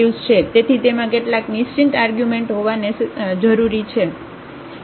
તેથી તેમાં કેટલાક નિશ્ચિત આર્ગ્યુમેન્ટ હોવા નેસેસરી છે